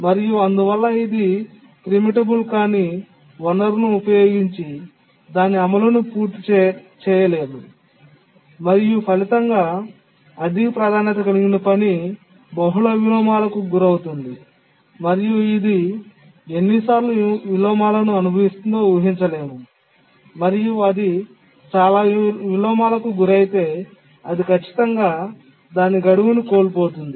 మరియు అందువల్ల ఇది ప్రీమిటబుల్ కాని వనరును ఉపయోగించి దాని అమలును పూర్తి చేయలేదు మరియు ఫలితంగా అధిక ప్రాధాన్యత కలిగిన పని బహుళ విలోమాలకు గురవుతుంది మరియు ఇది ఎన్నిసార్లు విలోమాలను అనుభవిస్తుందో ఊహించలేము మరియు అది చాలా విలోమాలకు గురైతే అది ఖచ్చితంగా దాని గడువును కోల్పోతుంది